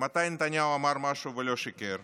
מתי נתניהו אמר משהו ולא שיקר?